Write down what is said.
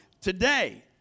today